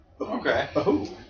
Okay